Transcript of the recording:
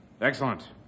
Excellent